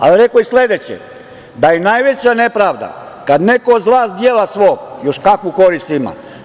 Ali, on je rekao i sledeće - da je najveća nepravda kad neko od zla dela svog još kakvu korist ima.